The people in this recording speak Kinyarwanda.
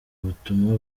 butumwa